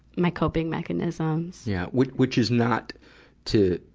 my coping mechanisms. yeah. which, which is not to,